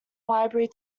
library